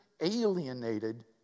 alienated